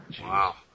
Wow